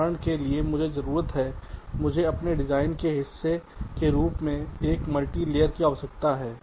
उदाहरण के लिए मुझे ज़रूरत है मुझे अपने डिज़ाइन के हिस्से के रूप में एक मल्टीप्लेयर की आवश्यकता है